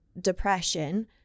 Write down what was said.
depression